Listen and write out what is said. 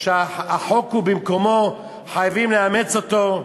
שהחוק במקומו, חייבים לאמץ אותו,